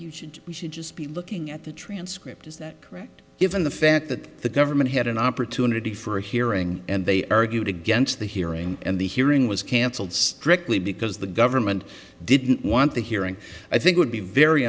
you should we should just be looking at the transcript is that correct given the fact that the government had an opportunity for a hearing and they argued against the hearing and the hearing was canceled strictly because the government didn't want the hearing i think would be very